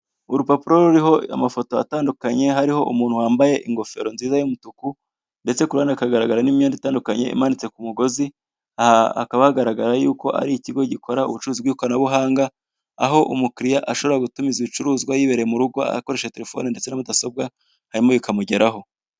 Urupapuro ruriho amafoto atandukanye, hariho umuntu wambaye ingofero nziza y'umutuku, ndetse ku ruhande hakagaragara n'imyenda itandukanye imanitse ku mugozi, aha hakaba hagaragara y'uko ari ikigo gikora ubucuruzi bw'ikoranabuganga, aho umukiriya ashobora gutumiza ibicuruzwa yibereye mu rugo, akoresheje telefone ndetse na mudasobwa hanyuma bikamugera ho.